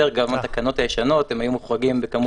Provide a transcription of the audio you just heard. גם בתקנות הישנות הם היו מוחרגים בכמות עובדים.